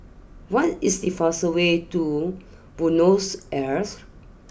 what is the fastest way to Buenos Aires